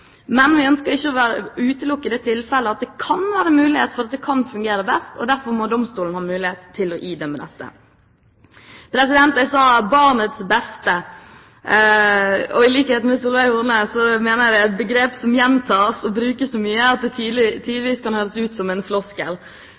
Men vi ønsker ikke å utelukke de tilfeller der det kan være mulighet for at det kan fungere best, og derfor må domstolene ha mulighet til å idømme dette. Jeg sa «barnets beste». I likhet med Solveig Horne mener jeg det er et begrep som gjentas og brukes så mye at det tidvis kan høres ut som en floskel.